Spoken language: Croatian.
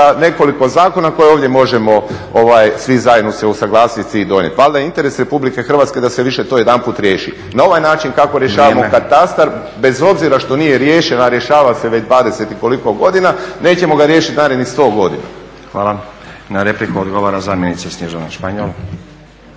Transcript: nekoliko zakona koje ovdje možemo svi zajedno se usuglasiti i donijeti. Valjda je interes Republike Hrvatske da se više to jedanput riješi. …/Upadica Stazić: Vrijeme./… Na ovaj način kako rješavamo katastar bez obzira što nije riješen, a rješava se već 20 i koliko godina nećemo ga riješiti narednih 100 godina. **Stazić, Nenad (SDP)** Hvala. Na repliku odgovara zamjenica Snježana Španjol.